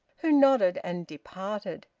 who nodded and departed.